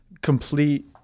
complete